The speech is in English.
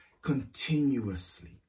continuously